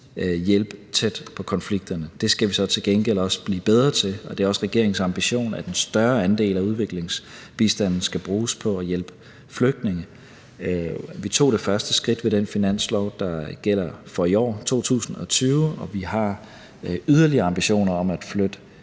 hjælpe tæt på konflikterne. Det skal vi så til gengæld også blive bedre til, og det er også regeringens ambition, at en større andel af udviklingsbistanden skal bruges på at hjælpe flygtninge. Vi tog det første skridt med den finanslov, der gælder for i år, altså 2020, og vi har yderligere ambitioner om at flytte